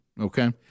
Okay